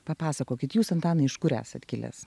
papasakokit jūs antanai iš kur esat kilęs